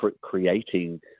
creating